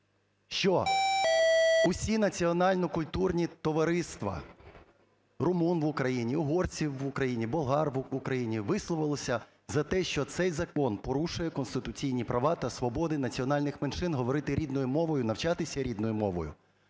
що всі національно-культурні товариства румун в Україні, угорців в Україні, болгар в Україні висловилися за те, що цей закон порушує конституційні права та свободи національних меншин говорити рідною мовою, навчатися рідною мовою,